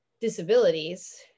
disabilities